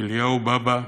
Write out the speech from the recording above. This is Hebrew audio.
אליהו בבא,